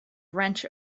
wrench